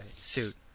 suit